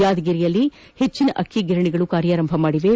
ಯಾದಗಿರಿಯಲ್ಲಿ ಪೆಚ್ಚಿನ ಅಕ್ಕಿ ಗಿರಣಿಗಳು ಕಾರ್ಯಾರಂಭ ಮಾಡಿವೆ